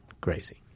crazy